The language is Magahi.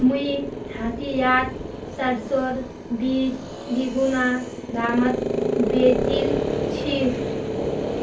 मुई हटियात सरसोर बीज दीगुना दामत बेचील छि